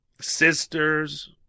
sisters